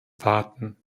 warten